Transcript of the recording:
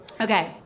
Okay